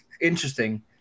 interesting